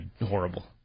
horrible